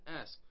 ask